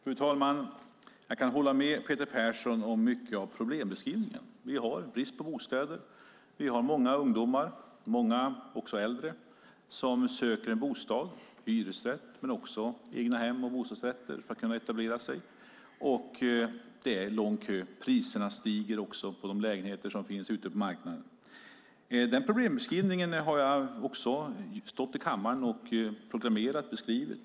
Fru talman! Jag kan hålla med om mycket i Peter Perssons problembeskrivning. Vi har brist på bostäder. Vi har många ungdomar, också många äldre, som söker bostad, hyresrätter men också egnahem och bostadsrätter för att kunna etablera sig. Och det är lång kö. Priserna stiger också på de lägenheter som finns ute på marknaden. De problemen har jag också stått i kammaren och beskrivit.